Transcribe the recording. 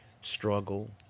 struggle